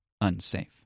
unsafe